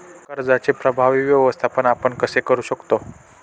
कर्जाचे प्रभावी व्यवस्थापन आपण कसे करु शकतो?